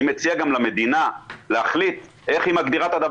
אני מציע גם למדינה להחליט איך היא מגדירה את זה.